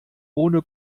ohne